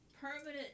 permanent